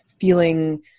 feeling